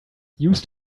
used